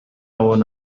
own